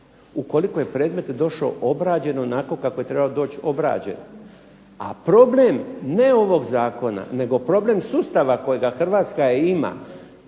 ukoliko je predmet došao obrađen onako kako je trebao doći obrađen, a problem ne ovog zakona, nego problem sustava kojega Hrvatska ima